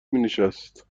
مینشست